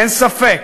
אין ספק